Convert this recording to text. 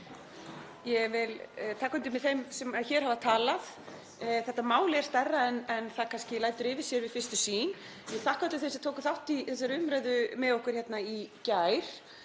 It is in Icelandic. Ég vil taka undir með þeim sem hér hafa talað. Þetta mál er stærra en það kannski virðist vera við fyrstu sýn. Ég vil þakka öllum þeim sem tóku þátt í þessari umræðu með okkur hérna í gær